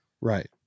Right